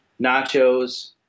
nachos